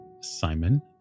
Simon